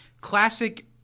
classic